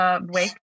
wake